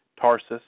Tarsus